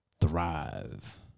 thrive